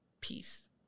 peace